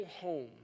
home